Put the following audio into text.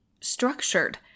structured